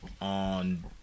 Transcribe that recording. on